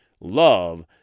love